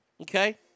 okay